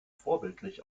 vorbildlich